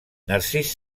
narcís